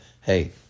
Hey